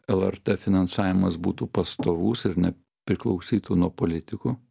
lrt finansavimas būtų pastovus ir nepriklausytų nuo politikų